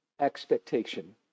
expectation